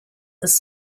this